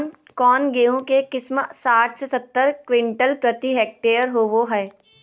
कौन गेंहू के किस्म साठ से सत्तर क्विंटल प्रति हेक्टेयर होबो हाय?